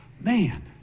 Man